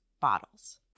bottles